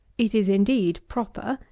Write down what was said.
it is, indeed, proper,